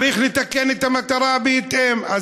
צריך לתקן את המטרה בהתאם.